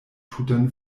tutan